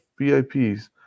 VIPs